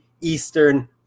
Eastern